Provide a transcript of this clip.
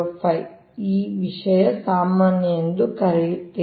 4605 ಈ ವಿಷಯ ಸಾಮಾನ್ಯ ಎಂದು ಕರೆಯುತ್ತೀರಿ